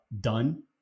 done